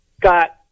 got